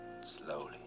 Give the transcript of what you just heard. slowly